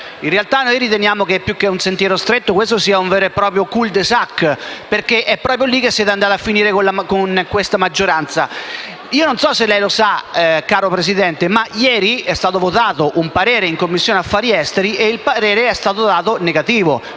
in realtà, noi riteniamo che, più che un sentiero stretto, questo sia un vero eproprio *cul-de-sac*, perché è proprio lì che siete andati a finire con questa maggioranza. Non so se lei lo sappia, caro Presidente, ma ieri è stato votato un parere negativo in Commissione affari esteri: la maggioranza non